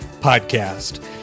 podcast